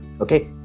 okay